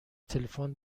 تلفن